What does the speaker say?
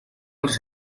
els